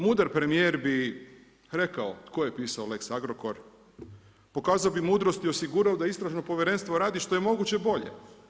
Mudar premijer bi rekao tko je pisao lex Agrokor, pokazao bi mudrost i osigurao da Istražno povjerenstvo radi što je moguće bolje.